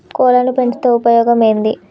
కోళ్లని పెంచితే ఉపయోగం ఏంది?